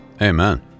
Amen